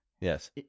Yes